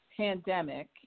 pandemic